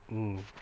mm